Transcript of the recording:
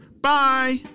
Bye